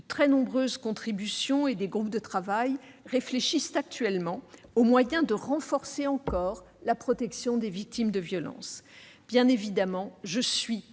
De très nombreux contributeurs et des groupes de travail réfléchissent actuellement aux moyens de renforcer encore la protection des victimes de violences. Bien évidemment, je suis